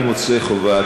אני מוצא חובה,